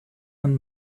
einen